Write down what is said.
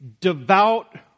devout